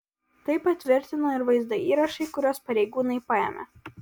tai patvirtino ir vaizdo įrašai kuriuos pareigūnai paėmė